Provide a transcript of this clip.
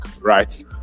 right